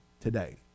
today